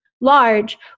large